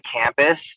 campus